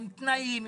עם תנאים,